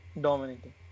Dominating